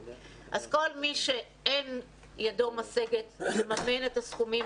אז כל מי שאין ידו משגת לממן את הסכומים